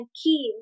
key